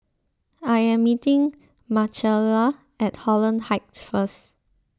I am meeting Marcella at Holland Heights first